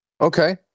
Okay